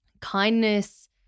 Kindness